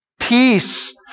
peace